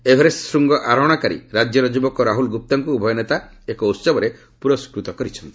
Everest ଶୃଙ୍ଗ ଆରୋହଣକାରୀ ରାଜ୍ୟର ଯୁବକ ରାହୁଲ ଗୁପ୍ତାଙ୍କୁ ଉଭୟ ନେତା ଏକ ଉତ୍ସବରେ ପୁରସ୍କୃତ କରିଚ୍ଛନ୍ତି